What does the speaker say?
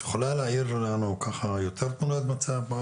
את יכולה להאיר לנו יותר תמונת מצב?